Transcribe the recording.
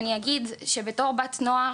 אז אני אגיד בתוך יובל